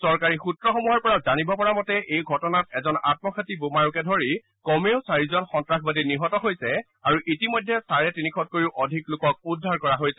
চৰকাৰী সূত্ৰসমূহৰ পৰা জানিব পৰা মতে এই ঘটনাত এজন আন্মঘাতী বোমাৰুকে ধৰি কমেও চাৰিজন সন্ত্ৰাসবাদী নিহত হৈছে আৰু ইতিমধ্যে চাৰে তিনিশতকৈও অধিক লোকক উদ্ধাৰ কৰা হৈছে